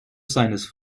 seines